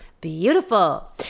beautiful